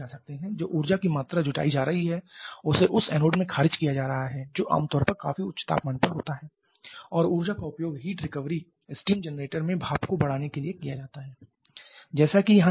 जो ऊर्जा की मात्रा जुटाई जा रही है उसे उस एनोड में खारिज किया जा रहा है जो आम तौर पर काफी उच्च तापमान पर होता है और ऊर्जा का उपयोग हीट रिकवरी स्टीम जनरेटर में भाप को बढ़ाने के लिए किया जा सकता है जैसा कि यहां दिखाया गया है